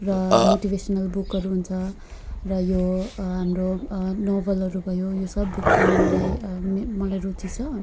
र मोटिभेसनल बुकहरू हुन्छ र यो हाम्रो नोबलहरू भयो यो सब पढ्नु मलाई मलाई रुची छ